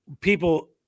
people